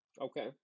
Okay